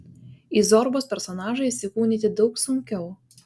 į zorbos personažą įsikūnyti daug sunkiau